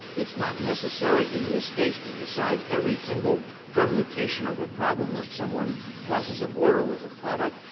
it's not necessary in this case to decide every single permutation of a problem that someone crosses a border with a product,